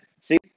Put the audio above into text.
see